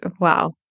wow